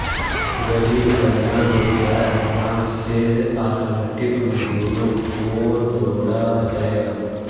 गरीब कल्याण रोजगार अभियान से असंगठित मजदूरों को जोड़ा जायेगा